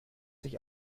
sich